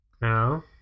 no